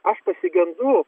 aš pasigendu